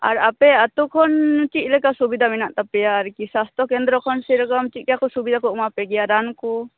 ᱟᱨ ᱟᱯᱮ ᱟᱹᱛᱩ ᱠᱷᱚᱱ ᱪᱮᱫ ᱞᱮᱠᱟ ᱥᱩᱵᱤᱫᱟ ᱢᱮᱱᱟᱜ ᱛᱟᱯᱮᱭᱟ ᱟᱨᱠᱤ ᱥᱟᱥᱛᱷᱚ ᱠᱮᱱᱫᱨᱚᱨ ᱠᱷᱚᱱ ᱥᱮᱨᱚᱠᱚᱢ ᱪᱮᱫᱠᱟ ᱥᱩᱵᱤᱫᱟ ᱠᱚ ᱮᱢᱟ ᱯᱮᱜᱮᱭᱟ ᱨᱟᱱ ᱠᱚ